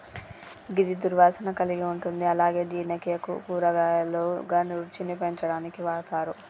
గిది దుర్వాసన కలిగి ఉంటుంది అలాగే జీర్ణక్రియకు, కూరగాయలుగా, రుచిని పెంచడానికి వాడతరు